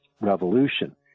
revolution